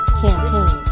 campaign